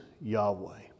Yahweh